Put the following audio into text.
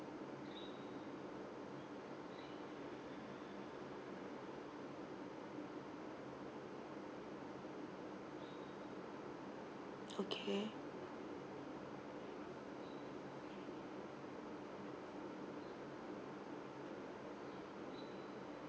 okay